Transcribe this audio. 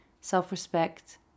self-respect